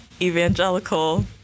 evangelical